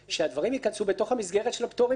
שהדברים ייכנסו בתוך המסגרת של הפטורים מכרז.